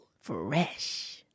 Fresh